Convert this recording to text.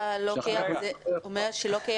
כך אנחנו- -- זה שאתה אומר שלא קיים,